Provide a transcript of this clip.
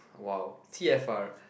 !wow! T_F_R